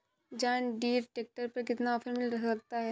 John Deere tractor पर कितना offer मिल सकता है?